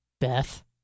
Beth